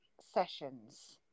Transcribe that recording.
sessions